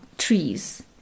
trees